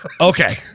okay